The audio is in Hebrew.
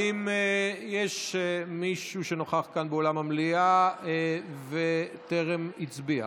האם יש מישהו שנוכח כאן באולם המליאה וטרם הצביע?